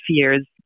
fears